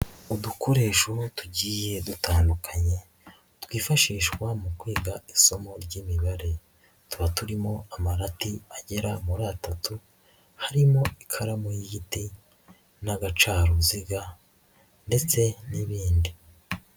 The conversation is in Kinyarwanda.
Udukoresho tugiye dutandukanye twifashishwa mu kwiga isomo ry'imibare, tuba turimo amarati agera muri atatu, harimo ikaramu y'igiti n'agacaruziga ndetse n'ibindi.